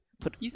put